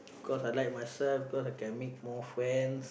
cause I like myself cause I can make more friends